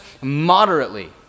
moderately